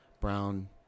Brown